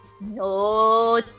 No